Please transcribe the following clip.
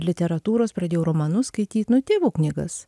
literatūros pradėjau romanus skaityt nu tėvų kunigas